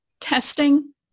testing